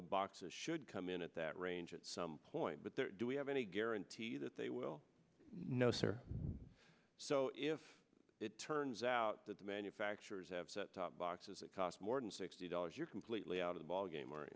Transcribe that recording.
the boxes should come in at that range at some point but they're do we have any guarantee that they will no sir so if it turns out that the actuaries have set top boxes that cost more than sixty dollars you're completely out of the ballgame